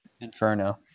inferno